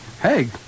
Hey